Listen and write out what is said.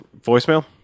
voicemail